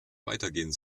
weitergehen